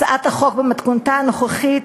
הצעת החוק, במתכונתה הנוכחית,